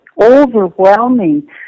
overwhelming